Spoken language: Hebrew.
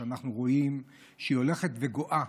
שאנחנו רואים שהיא הולכת וגואה,